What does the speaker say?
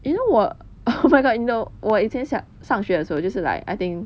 you know 我 oh my god you know 我以前想上学的时候就是 like I think